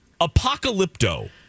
Apocalypto